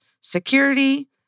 security